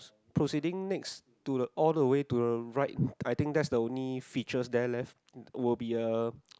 proceeding next to the all the way to the right I think that's the only features there left will be a